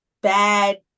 bad